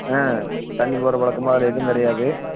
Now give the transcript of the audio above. ஆ தண்ணி போடுற பழக்கமா அது எதுவும் கிடையாது